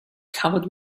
covered